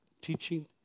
teaching